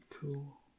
cool